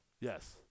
Yes